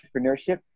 entrepreneurship